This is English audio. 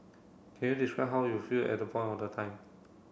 can you describe how you feel at the point of the time